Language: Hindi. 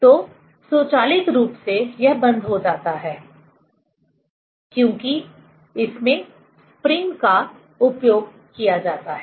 तो स्वचालित रूप से यह बंद हो जाता है क्योंकि इसमें स्प्रिंग का उपयोग किया जाता है